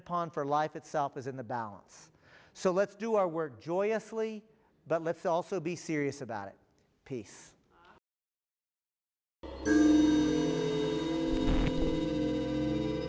upon for life itself is in the balance so let's do our work joyously but let's also be serious about peace